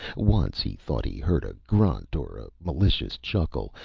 once, he thought he heard a grunt, or a malicious chuckle.